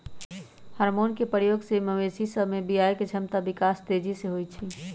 hormone के प्रयोग से मवेशी सभ में बियायके क्षमता विकास तेजी से होइ छइ